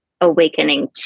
awakening